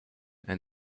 and